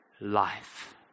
life